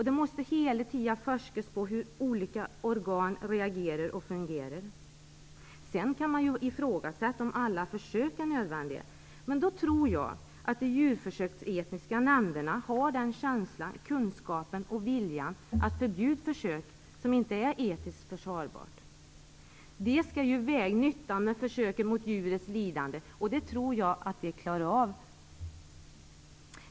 Det måste hela tiden forskas om hur olika organ reagerar och fungerar. Sedan kan man ifrågasätta om alla försök är nödvändiga. Men då tror jag att de djurförsöksetiska nämnderna har känslan, kunskapen och viljan att förbjuda försök som inte är etiskt försvarbara. De skall ju väga nyttan med försöket mot djurets lidande, och det tror jag att de klarar av.